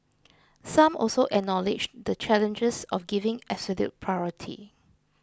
some also acknowledged the challenges of giving absolute priority